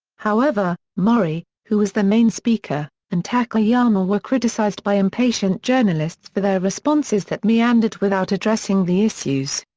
however, mori, who was the main speaker, and takayama were criticised by impatient journalists for their responses that meandered without addressing the issues.